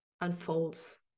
unfolds